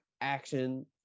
action